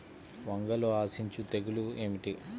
వంగలో ఆశించు తెగులు ఏమిటి?